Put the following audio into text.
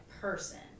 person